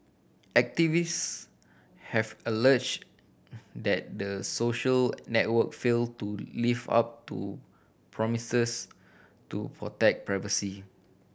activists have alleged that the social network failed to live up to promises to protect privacy